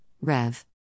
Rev